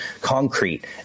concrete